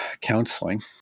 Counseling